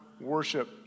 worship